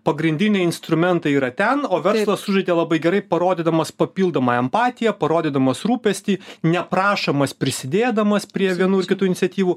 pagrindiniai instrumentai yra ten o verslas sužaidė labai gerai parodydamas papildomą empatiją parodydamas rūpestį neprašomas prisidėdamas prie vienų ir kitų iniciatyvų